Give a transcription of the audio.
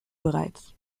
bereits